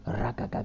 raga